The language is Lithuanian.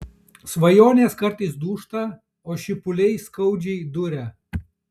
svajonės kartais dūžta o šipuliai skaudžiai duria